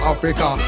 Africa